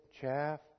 Chaff